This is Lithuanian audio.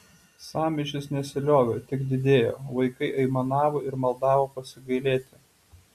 sąmyšis nesiliovė tik didėjo vaikai aimanavo ir maldavo pasigailėti